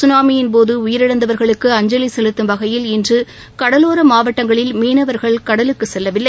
சுனாமியின்போதடயிரிழந்தவர்களுக்கு அஞ்சலிசெலுத்தும் வகையில் இன்றுகடலோரமாவட்டங்களில் மீனவர்கள் கடலுக்குச் செல்லவில்லை